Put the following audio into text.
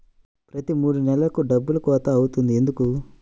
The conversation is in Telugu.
ప్రతి మూడు నెలలకు డబ్బులు కోత అవుతుంది ఎందుకు?